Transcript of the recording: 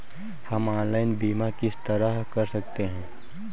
हम ऑनलाइन बीमा किस तरह कर सकते हैं?